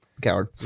Coward